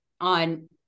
on